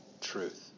truth